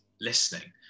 listening